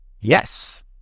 Yes